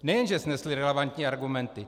Nejen že snesli relevantní argumenty.